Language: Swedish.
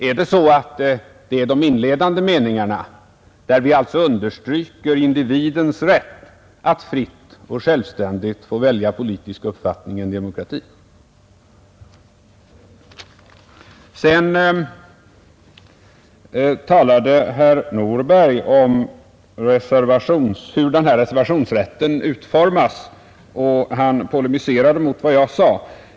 Är orsaken möjligen de inledande meningarna, där vi understryker individens rätt att fritt och självständigt få välja politisk uppfattning i en demokrati? Sedan talade herr Nordberg om hur reservationsrätten är utformad, och han polemiserade mot vad jag sade.